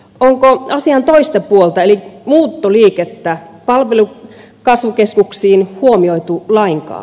onko asian toista puolta eli muuttoliikettä palvelukasvukeskuksiin huomioitu lainkaan